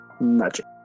Magic